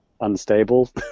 unstable